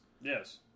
Yes